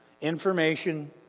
Information